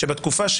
שבתקופה,